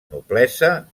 noblesa